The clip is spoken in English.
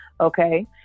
Okay